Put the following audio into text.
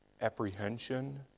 apprehension